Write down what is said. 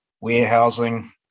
warehousing